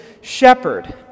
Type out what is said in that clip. shepherd